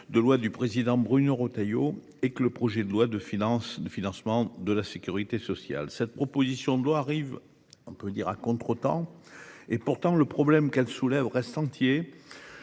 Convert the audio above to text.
de loi du président Bruno Retailleau et que le projet de loi de finances de financement de la Sécurité sociale. Cette proposition de loi arrive. On peut dire à contretemps. Et pourtant le problème qu'elle soulève reste entier.